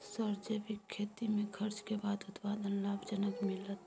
Sir जैविक खेती में खर्च के बाद उत्पादन लाभ जनक मिलत?